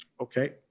okay